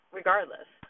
regardless